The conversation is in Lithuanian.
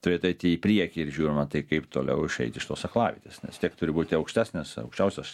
turi ateiti į priekį ir žiūrima tai kaip toliau išeit iš tos aklavietės nes tiek turi būti aukštesnės aukščiausios